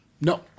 No